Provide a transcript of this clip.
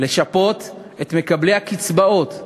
לשפות את מקבלי הקצבאות,